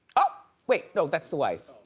oh wait, no that's the wife.